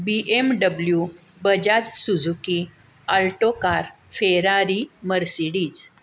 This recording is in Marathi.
B M W Bajaj Suzuki Alto car Ferrari Mercedes